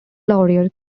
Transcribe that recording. laurier